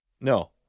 No